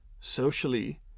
socially